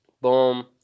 Boom